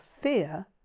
fear